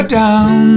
down